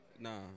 Nah